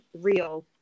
real